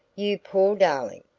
you poor darling!